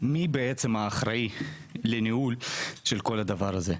מי בעצם האחראי לניהול של כל הדבר הזה?